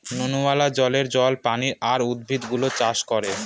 নুনওয়ালা জলে জলজ প্রাণী আর উদ্ভিদ গুলো চাষ করে